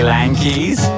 Lankies